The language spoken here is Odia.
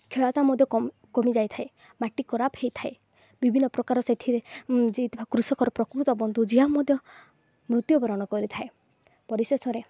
କ୍ଷମତା ମଧ୍ୟ କମିଯାଇଥାଏ ମାଟି ଖରାପ ହୋଇଥାଏ ବିଭିନ୍ନପ୍ରକାର ସେଥିରେ ଯିଏ କୃଷକର ପ୍ରକୃତ ବନ୍ଧୁ ଜିଆ ମଧ୍ୟ ମୃତ୍ୟୁବରଣ କରିଥାଏ ପରିଶେଷରେ